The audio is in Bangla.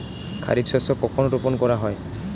খারিফ শস্য কখন রোপন করা হয়?